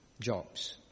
jobs